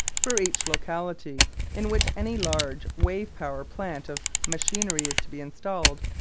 for each locality in which any large wave-power plant of machinery is to be installed,